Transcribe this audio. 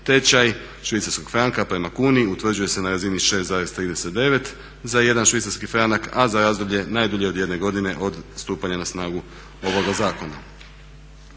tečaj švicarskog franka prema kuni utvrđuje se na razini 6,39 za jedan švicarski franak, a za razdoblje najdulje od jedne godine od stupanja na snagu ovoga zakona.